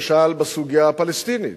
למשל בסוגיה הפלסטינית.